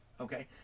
okay